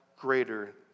greater